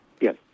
Yes